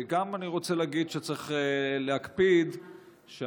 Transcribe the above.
וגם אני רוצה להגיד שצריך להקפיד שהתכנון